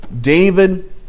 David